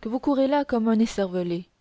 que vous courez là comme un